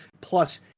Plus